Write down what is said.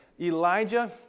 Elijah